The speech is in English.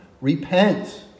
repent